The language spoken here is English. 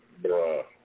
Bruh